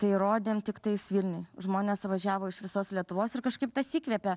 tai rodėm tiktais vilniuj žmonės važiavo iš visos lietuvos ir kažkaip tas įkvėpė